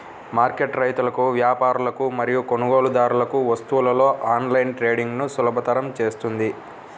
market రైతులకు, వ్యాపారులకు మరియు కొనుగోలుదారులకు వస్తువులలో ఆన్లైన్ ట్రేడింగ్ను సులభతరం చేస్తుంది